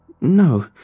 No